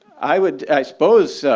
i would i suppose,